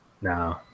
no